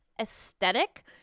aesthetic